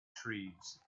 trees